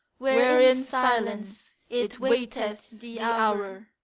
where in silence it waiteth the hour!